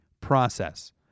process